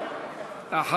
שלוש